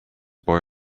boy